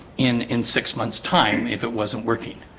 in in six months time if it wasn't working,